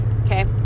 okay